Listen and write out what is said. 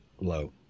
low